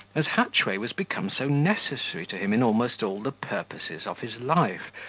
as hatchway was become so necessary to him in almost all the purposes of his life,